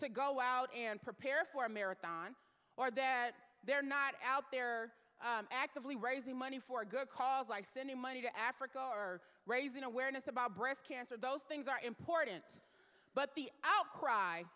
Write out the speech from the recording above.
to go out and prepare for a marathon or that they're not out there actively raising money for a good cause i send the money to africa or raising awareness about breast cancer those things are important but the outcry